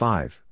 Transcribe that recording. Five